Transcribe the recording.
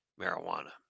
marijuana